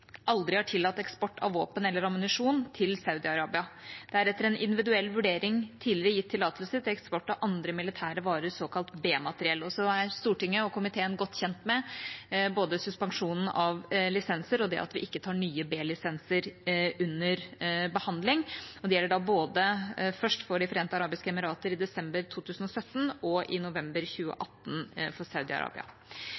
aldri har tillatt eksport av våpen eller ammunisjon til Saudi-Arabia. Det er etter en individuell vurdering tidligere gitt tillatelse til eksport av andre militære varer, såkalt B-materiell. Så er Stortinget og komiteen godt kjent med både suspensjonen av lisenser og det at vi ikke tar nye B-lisenser under behandling. Det gjelder da både først for De forente arabiske emirater i desember 2017 og i november